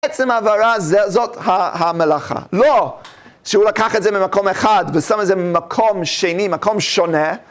בעצם ההעברה זאת המלאכה. לא שהוא לקח את זה ממקום אחד ושם את זה במקום שני, מקום שונה.